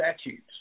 statutes